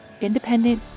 independent